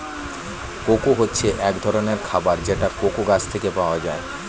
cocoa হচ্ছে এক ধরনের খাবার যেটা কোকো গাছ থেকে পাওয়া যায়